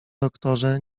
doktorze